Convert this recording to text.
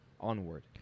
Onward